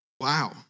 wow